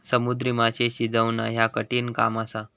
समुद्री माशे शिजवणा ह्या कठिण काम असा